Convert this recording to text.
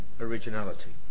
originality